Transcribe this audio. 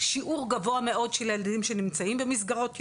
שיעור גבוה מאוד של הילדים שנמצאים במסגרות יום,